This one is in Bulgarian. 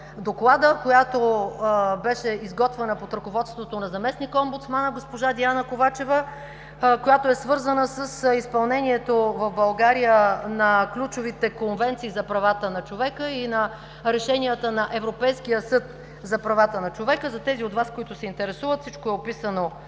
доклада, която беше изготвена под ръководството на заместник-омбудсмана госпожа Диана Ковачева, която е свързана с изпълнението в България на ключовите конвенции за правата на човека и на решенията на Европейския съд по правата на човека. За тези от Вас, които се интересуват, всичко е описано подробно.